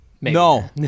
no